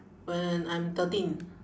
when I'm thirteen